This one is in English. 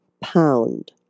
pound